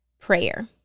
prayer